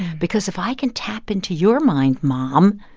because if i can tap into your mind, mom,